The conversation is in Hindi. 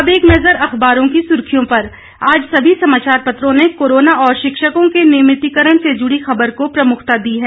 अब एक नज़र अखबारों की सुर्खियों पर आज सभी समाचार पत्रों ने कोरोना और शिक्षकों के नियमितीकरण से जुड़ी खबर को प्रमुखता दी है